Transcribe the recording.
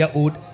old